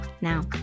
now